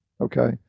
okay